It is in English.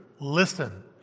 Listen